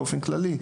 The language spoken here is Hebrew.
באופן כללי,